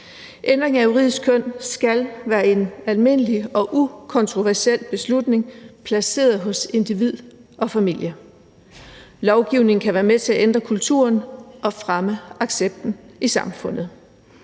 Ændringen af juridisk køn skal være en almindelig og ukontroversiel beslutning placeret hos individ og familie. Lovgivningen kan være med til at ændre kulturen og fremme accepten i samfundet.